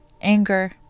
Anger